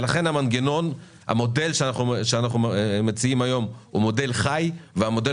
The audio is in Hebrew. לכן המודל שאנחנו מציעים היום הוא מודל חי והמודל